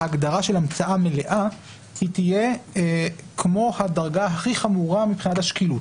ההגדרה של המצאה מלאה תהיה כמו הדרגה הכי חמורה מבחינת השקילות.